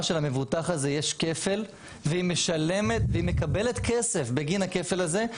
שלמבוטח הזה יש כפל והיא משלמת והיא מקבלת כסף בגין הכפל הזה,